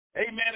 Amen